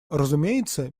разумеется